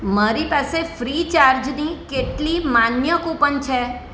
મારી પાસે ફ્રીચાર્જની કેટલી માન્ય કુપન છે